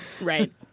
Right